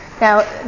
Now